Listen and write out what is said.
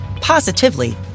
positively